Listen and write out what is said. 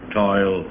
toil